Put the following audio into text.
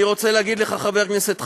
אני רוצה להגיד לך, חבר הכנסת חסון: